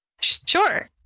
Sure